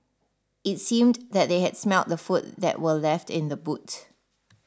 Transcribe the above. it seemed that they had smelt the food that were left in the boot